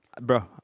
Bro